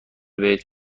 بهت